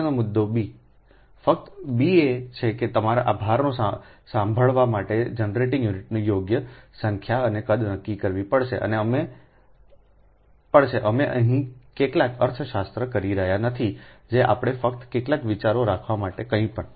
આગળનો મુદ્દો બીફક્ત બી એ છે કે તમારે આ ભારને સાંભળવા માટે જનરેટિંગ યુનિટ્સની યોગ્ય સંખ્યા અને કદ નક્કી કરવો પડશે અમે અહીં કેટલાક અર્થશાસ્ત્ર કરી રહ્યા નથી જે આપણે ફક્ત કેટલાક વિચારો રાખવા માટે કંઈપણ